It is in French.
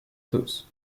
tous